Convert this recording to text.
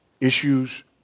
issues